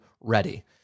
ready